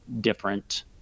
different